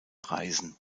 reisen